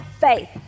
faith